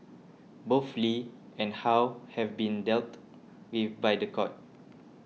both Lee and How have been dealt with by the court